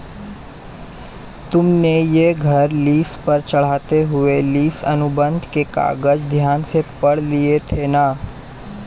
तुमने यह घर लीस पर चढ़ाते हुए लीस अनुबंध के कागज ध्यान से पढ़ लिए थे ना?